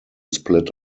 split